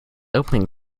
opening